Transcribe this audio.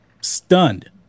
stunned